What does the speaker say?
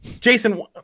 Jason